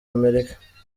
amerika